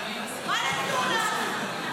מה נתנו לך, מה קורה?